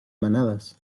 manadas